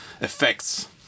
effects